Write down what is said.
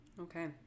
okay